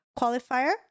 qualifier